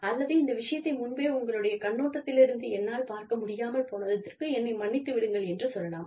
அல்லது இந்த விஷயத்தை முன்பே உங்களுடைய கண்ணோட்டத்திலிருந்து என்னால் பார்க்க முடியாமல் போனதற்கு என்னை மன்னித்து விடுங்கள் என்று சொல்லலாம்